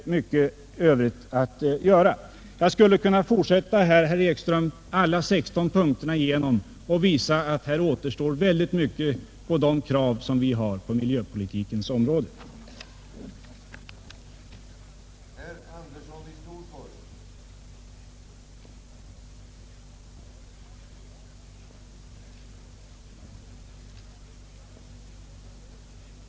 Jag skulle kunna fortsätta alla 16 punkterna igenom, herr Ekström, och visa att det ännu återstår mycket innan våra krav på miljöpolitikens område är uppfyllda.